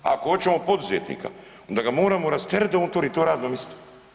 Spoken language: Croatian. Ako hoćemo poduzetnika onda ga moramo rasteretiti da otvori to radno mjesto.